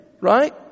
right